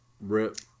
Rip